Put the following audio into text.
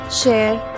share